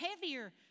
heavier